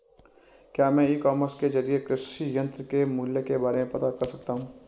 क्या मैं e commerce के ज़रिए कृषि यंत्र के मूल्य के बारे में पता कर सकता हूँ?